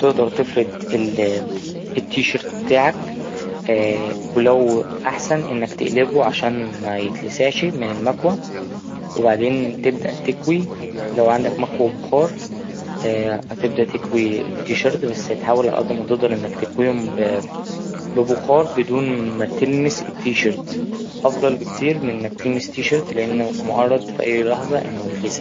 تقدر تفرد ال ـ التي شيرت بتاعك ولو أحسن إنك تقلبه عشان ميتلسعش من الماكوه وبعدين تبدأ تكوي لو عندك ماكوه بخار هتبدأ تكوي التي شيرت بس تحاول على اد ما تقدر أنك تكويهم ببخار بدون ما تلمس التي شيرت أفضل بكتير من إنك تلمس التي شيرت لأنه معرض في أي لحظة أنه يتلسع.